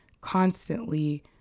constantly